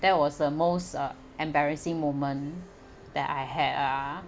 that was the most uh embarrassing moment that I had ah